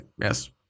yes